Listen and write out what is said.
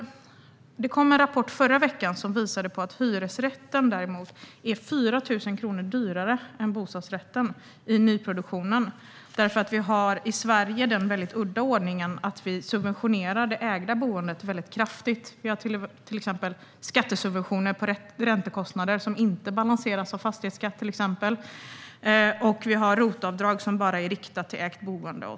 Förra veckan kom det en rapport som visar att hyresrätten är 4 000 kronor dyrare än bostadsrätten i nyproduktion eftersom vi i Sverige har den udda ordningen att vi subventionerar de ägda boendet kraftigt. Vi har till exempel skattesubventioner på räntekostnader, som inte balanseras av fastighetsskatt, och vi har ROT-avdrag som är riktade bara till ägt boende.